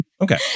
Okay